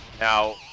Now